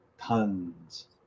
tons